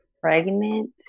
pregnant